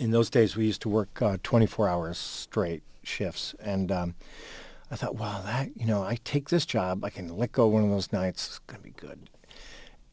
in those days we used to work twenty four hours straight shifts and i thought wow you know i take this job i can let go one of those nights can be good